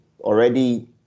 already